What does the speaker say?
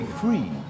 free